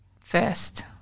first